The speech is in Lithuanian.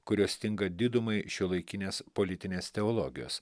kurio stinga didumai šiuolaikinės politinės teologijos